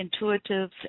intuitives